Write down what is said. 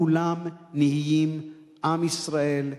כולם נהיים עם ישראל,